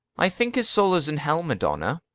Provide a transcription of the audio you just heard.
i think his soul is in hell, madonna.